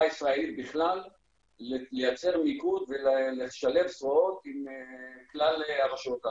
הישראלית בכלל לייצר מיקוד ולשלב זרועות עם כלל הרשויות האחרות,